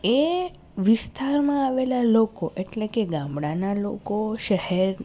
એ વિસ્તારમાં આવેલાં લોકો એટલે કે ગામડાનાં લોકો શહેર